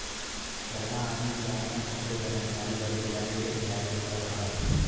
पहिलवा आदमी के आपन खाते क जानकारी बदे बैंक जाए क पड़त रहल